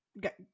Get